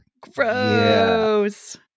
gross